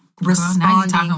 responding